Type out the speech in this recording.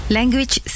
Language